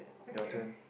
your turn